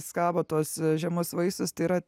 skabo tuos žemus vaisius tai yra